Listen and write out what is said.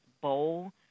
bowl